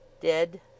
Dead